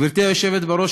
גברתי היושבת בראש,